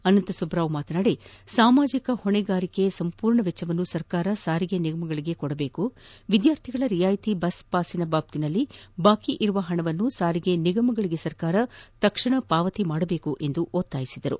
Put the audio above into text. ಅನಂತಸುಬ್ಲರಾವ್ ಮಾತನಾಡಿ ಸಾಮಾಜಿಕ ಹೊಣೆಗಾರಿಕೆಗಳ ಸಂಪೂರ್ಣ ವೆಚ್ಚವನ್ನು ಸರ್ಕಾರ ಸಾರಿಗೆ ನಿಗಮಗಳಿಗೆ ಕೊಡಬೇಕು ವಿದ್ವಾರ್ಥಿಗಳ ರಿಯಾಯಿತಿ ಬಸ್ ಪಾಸಿನ ಬಾಬ್ತಿನಲ್ಲಿ ಬಾಕಿ ಇರುವ ಹಣವನ್ನು ಸಾರಿಗೆ ನಿಗಮಗಳಿಗೆ ಸರ್ಕಾರ ತಕ್ಷಣ ಪಾವತಿಸಬೇಕು ಎಂದು ಒತ್ತಾಯಿಸಿದರು